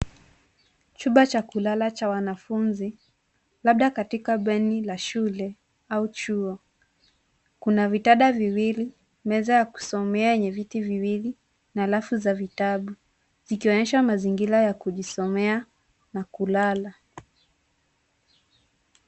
Chumba cha kulala cha wanafunzi labda katika bweni la shule au chuo kuna vitanda viwili meza ya kusomea yenye viti viwili na rafu za vitabu vikonyesha mazingira ya kujisomea na kulala.